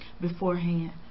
beforehand